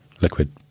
liquid